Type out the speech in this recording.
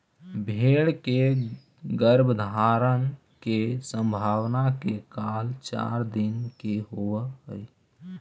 भेंड़ के गर्भाधान के संभावना के काल चार दिन के होवऽ हइ